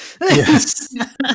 Yes